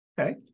Okay